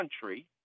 country